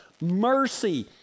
mercy